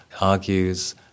argues